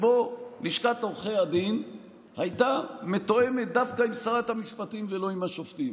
שבו לשכת עורכי הדין הייתה מתואמת דווקא עם שרת המשפטים ולא עם השופטים.